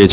Il